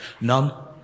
None